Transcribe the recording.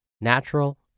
natural